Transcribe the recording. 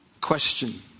Question